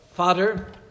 Father